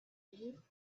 you